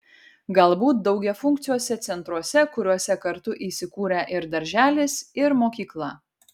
galbūt daugiafunkciuose centruose kuriuose kartu įsikūrę ir darželis ir mokykla